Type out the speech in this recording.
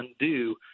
undo